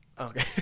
okay